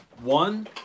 one